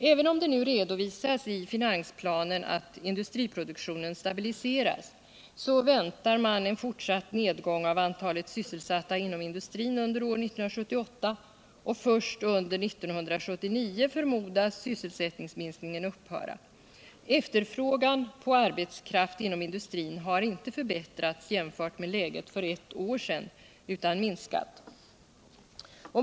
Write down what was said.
Även om det nu redovisas i finansplanen att industriproduktionen stabiliseras så väntas en fortsatt nedgång av antalet sysselsatta inom industrin under år 1978, och först under 1979 förmodas sysselsättningsminskningen upphöra. Efterfrågan på arbetskraft inom industrin har inte förbättrats, jämfört med läget för ett år sedan, utan minskat.